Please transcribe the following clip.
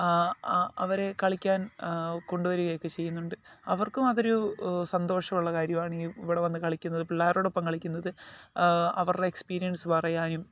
അവരെ കളിക്കാൻ കൊണ്ടുവരികയൊക്കെ ചെയ്യുന്നുണ്ട് അവർക്കും അതൊരു സന്തോഷമുള്ള കാര്യമാണ് ഈ ഇവിടെ വന്ന് കളിക്കുന്നത് പിള്ളാരോടൊപ്പം കളിക്കുന്നത് അവരുടെ എക്സ്പീരിയൻസ് പറയാനും